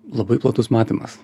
labai platus matymas